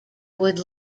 would